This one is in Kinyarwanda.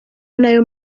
nayo